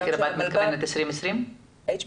הסקר --- עד 2020?